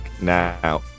Now